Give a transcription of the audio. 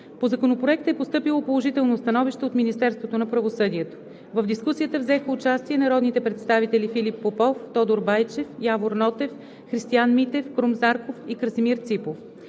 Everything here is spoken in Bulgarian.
По Законопроекта е постъпило положително становище от Министерството на правосъдието. В дискусията взеха участие народните представители Филип Попов, Тодор Байчев, Явор Нотев, Христиан Митев, Крум Зарков и Красимир Ципов.